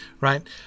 right